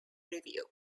review